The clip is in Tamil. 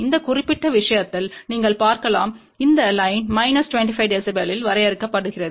இந்த குறிப்பிட்ட விஷயத்தில் நீங்கள் பார்க்கலாம் இந்த லைன் மைனஸ் 25 dBல் வரையப்படுகிறது